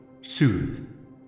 soothe